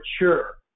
mature